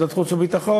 בוועדת החוץ והביטחון,